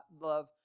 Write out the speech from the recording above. love